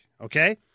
Okay